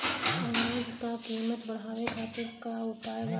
अनाज क कीमत बढ़ावे खातिर का उपाय बाटे?